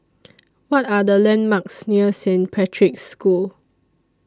What Are The landmarks near Saint Patrick's School